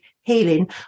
healing